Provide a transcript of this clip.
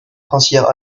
princières